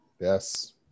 Yes